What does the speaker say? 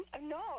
No